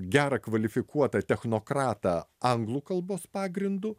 gerą kvalifikuotą technokratą anglų kalbos pagrindu